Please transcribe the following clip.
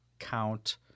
Count